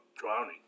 drowning